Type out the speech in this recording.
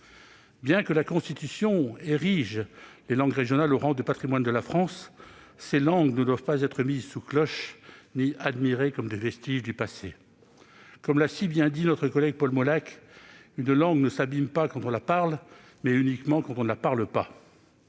Bien que la Constitution érige les langues régionales au rang de patrimoine de la France, ces langues ne doivent pas être mises sous cloche ni admirées comme des vestiges du passé. Comme l'a si bien dit notre collègue Paul Molac, « une langue ne s'abîme pas quand on la parle, mais uniquement quand on ne la parle pas